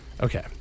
Okay